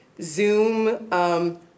Zoom